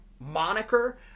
moniker